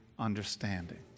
understanding